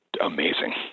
amazing